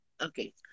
Okay